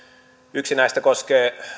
yksi näistä koskee